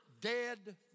dead